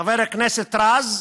חבר הכנסת רז,